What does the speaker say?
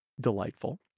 delightful